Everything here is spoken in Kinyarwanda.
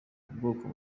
ubwoko